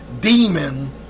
demon